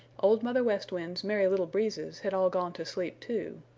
old mother west wind's merry little breezes had all gone to sleep, too.